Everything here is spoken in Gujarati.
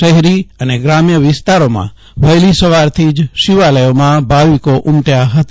શહેરી અને ગ્રામ્યવિસ્તારોમાં વહેલી સવારથી જ શિવાલયોમાં ભાવિકો ઉમટ્યા હતા